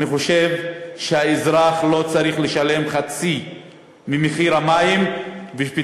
אני חושב שהאזרח לא צריך לשלם חצי מתשלום המים בשביל